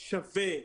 שווה,